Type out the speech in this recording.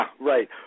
right